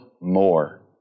more